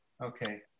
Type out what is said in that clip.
Okay